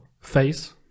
face